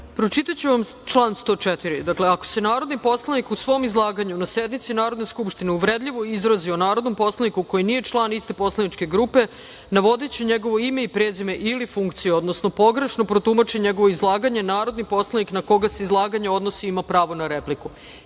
vam. Pročitaću vam član 104. – ako se narodni poslanik u svom izlaganju na sednici Narodne skupštine uvredljivo izrazi o narodnom poslaniku koji nije član iste poslaničke grupe, navodeći njegovo ime i prezime ili funkciju, odnosno pogrešno protumači njegovo izlaganje, narodni poslanik na koga se izlaganje odnosi ima pravo na repliku. Nije